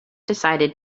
decided